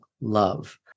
love